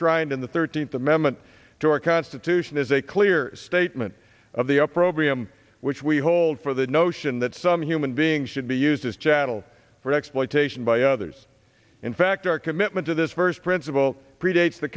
ed in the thirteenth amendment to our constitution is a clear statement of the opprobrium which we hold for the notion that some human being should be used as chattel for exploitation by others in fact our commitment to this first principle predates the